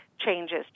changes